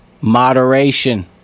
moderation